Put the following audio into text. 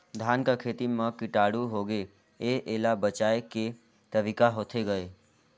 धान कर खेती म कीटाणु होगे हे एला बचाय के तरीका होथे गए?